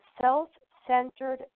self-centered